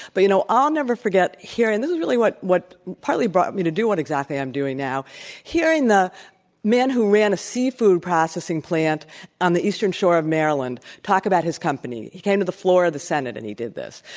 but, you know, i'll never forget here and this is really what what partly brought me to do exactly what i'm doing now hearing the man who ran seafood processing plant on the eastern shore of maryland talk about his company. he came to the floor of the senate and he did this.